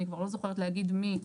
אני כבר לא זוכרת להגיד מי,